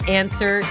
answer